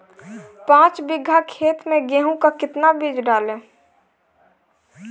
पाँच बीघा खेत में गेहूँ का कितना बीज डालें?